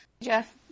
Jeff